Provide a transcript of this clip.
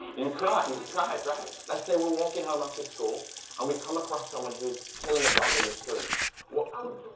you'd cry, you'd cry, right, let's say we're walking home after school and we come across someone who is killing a dog in the streets yeah i mean